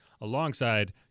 alongside